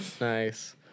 Nice